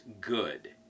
good